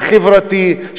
החברתי,